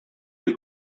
elle